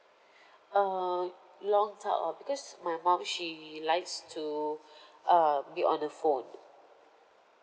uh long type of because my mum she likes to uh be on the phone